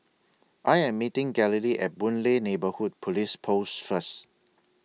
I Am meeting Galilea At Boon Lay Neighbourhood Police Post First